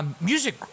Music